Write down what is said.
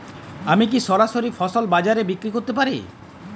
আমি কি সরাসরি ফসল বাজারে বিক্রি করতে পারি?